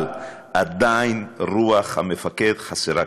אבל עדיין, רוח המפקד חסרה כאן.